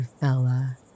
fella